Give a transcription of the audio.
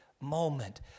moment